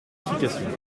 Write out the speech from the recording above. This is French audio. rectification